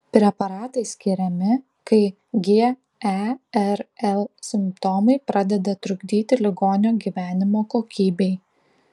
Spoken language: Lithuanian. preparatai skiriami kai gerl simptomai pradeda trukdyti ligonio gyvenimo kokybei